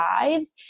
lives